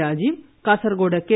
Rajeev Kasaragod K